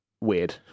weird